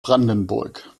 brandenburg